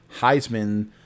Heisman